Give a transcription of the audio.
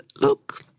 look